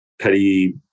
petty